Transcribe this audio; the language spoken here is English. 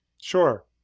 Sure